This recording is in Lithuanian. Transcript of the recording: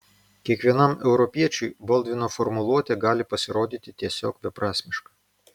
kiekvienam europiečiui boldvino formuluotė gali pasirodyti tiesiog beprasmiška